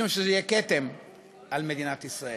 משום שזה יהיה כתם על מדינת ישראל.